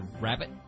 Rabbit